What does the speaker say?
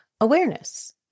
awareness